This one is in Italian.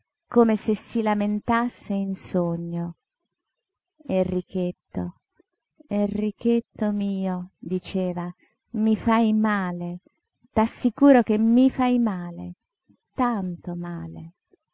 come se si lamentasse in sogno enrichetto enrichetto mio diceva mi fai male t'assicuro che mi fai male tanto male